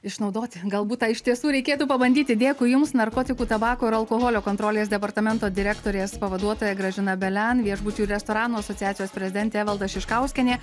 išnaudoti galbūt tą iš tiesų reikėtų pabandyti dėkui jums narkotikų tabako ir alkoholio kontrolės departamento direktorės pavaduotoja gražina belian viešbučių ir restoranų asociacijos prezidentė evalda šiškauskienė